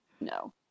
No